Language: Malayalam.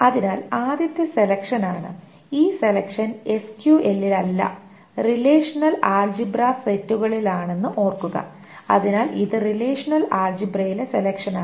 അതിനാൽ ആദ്യത്തേത് സെലെക്ഷനാണ് ഈ സെലെക്ഷൻ എസ്ക്യുഎല്ലിലല്ല റിലേഷണൽ ആൾജിബ്രാ സെറ്റുകളിലാണെന്ന് ഓർക്കുക അതിനാൽ ഇത് റിലേഷണൽ ആൾജിബ്രയിലെ സെലെക്ഷനാണ്